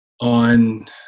on